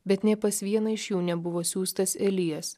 bet nė pas vieną iš jų nebuvo siųstas elijas